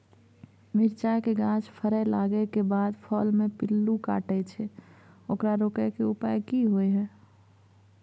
मिरचाय के गाछ फरय लागे के बाद फल में पिल्लू काटे छै ओकरा रोके के उपाय कि होय है?